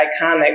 iconic